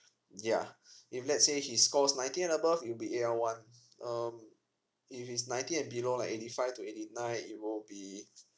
yeah if let's say he scores ninety and above it will be A L one um if it's ninety and below like eighty five to eighty nine it will be